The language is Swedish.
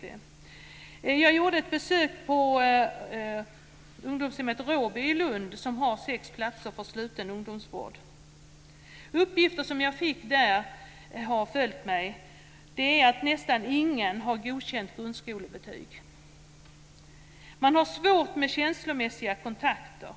Jag har gjort ett besök på ungdomshemmet Råby i Lund, som har sex platser för sluten ungdomsvård. De uppgifter som jag fick där har följt mig. Nästan ingen av de intagna har godkänt grundskolebetyg. De har svårt med känslomässiga kontakter.